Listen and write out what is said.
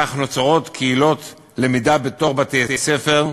כך נוצרות קהילות למידה בתוך בתי-הספר,